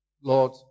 Lord